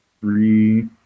three